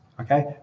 okay